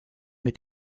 mit